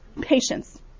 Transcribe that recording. patience